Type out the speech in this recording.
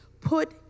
put